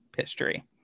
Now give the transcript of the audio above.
history